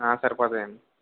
సరిపోతాయండి